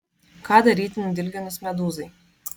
ką daryti nudilginus medūzai